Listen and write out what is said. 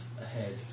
ahead